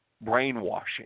brainwashing